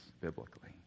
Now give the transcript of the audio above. biblically